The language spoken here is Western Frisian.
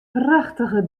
prachtige